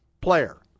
player